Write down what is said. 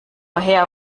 her